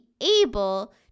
able